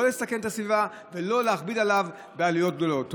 לא לסכן את הסביבה ולא להכביד עליו בעלויות גדולות.